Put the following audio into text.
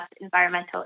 environmental